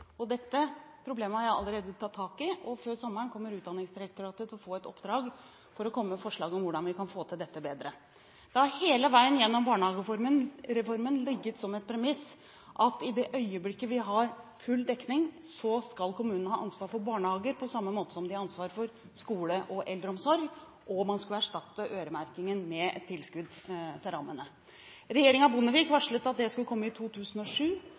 og dette problemet har jeg allerede tatt tak i. Før sommeren kommer Utdanningsdirektoratet til å få i oppdrag å komme med forslag til hvordan vi kan få dette bedre til. Gjennom barnehagereformen har det hele veien ligget som et premiss at i det øyeblikket vi har full dekning, skal kommunene ha ansvar for barnehager på samme måte som de har ansvar for skole og eldreomsorg, og man skal erstatte øremerkingen med et tilskudd til rammene. Regjeringen Bondevik varslet at det skulle komme i 2007,